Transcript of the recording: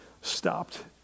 stopped